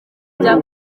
bya